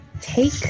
Take